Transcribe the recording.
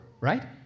right